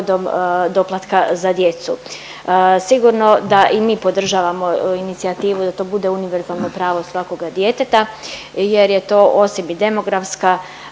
doplatka za djecu. Sigurno da i mi podržavamo inicijativu da to bude univerzalno pravo svakoga djeteta jer je to osim i demografska